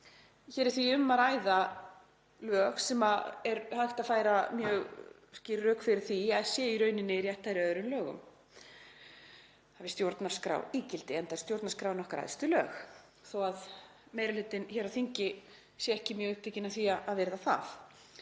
Hér er því um að ræða lög sem er hægt að færa mjög skýr rök fyrir að séu í rauninni rétthærri öðrum lögum, hafi stjórnarskráígildi, enda er stjórnarskráin okkar æðstu lög þó að meiri hlutinn hér á þingi sé ekki mjög upptekinn af því að virða það.